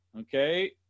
okay